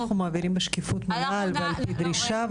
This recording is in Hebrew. אנחנו מעבירים בשקיפות מלאה ועל פי דרישה,